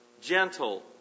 gentle